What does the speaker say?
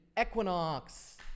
Equinox